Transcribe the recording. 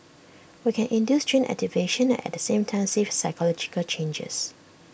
we can induce gene activation at the same time see physiological changes